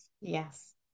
yes